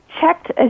checked